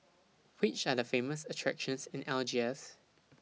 Which Are The Famous attractions in Algiers